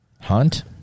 Hunt